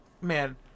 man